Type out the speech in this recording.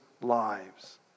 lives